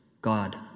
God